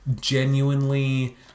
genuinely